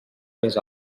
més